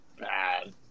bad